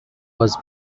was